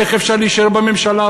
איך אפשר להישאר בממשלה?